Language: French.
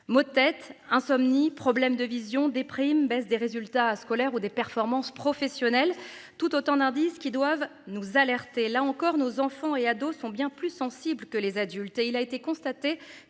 maux de tête, insomnie, problèmes de vision des primes baisse des résultats scolaires ou des performances professionnelles tout autant d'indices qui doivent nous alerter, là encore, nos enfants et ados sont bien plus sensibles que les adultes et il a été constaté